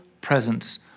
presence